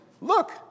look